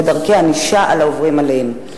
ודרכי ענישה על העוברים עליהן.